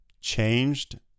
changed